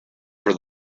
for